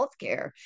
healthcare